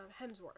Hemsworth